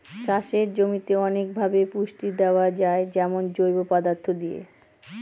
চাষের জমিতে অনেকভাবে পুষ্টি দেয়া যায় যেমন জৈব পদার্থ দিয়ে